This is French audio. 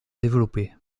développer